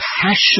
Passion